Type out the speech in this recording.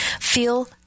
feel